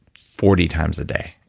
forty times a day.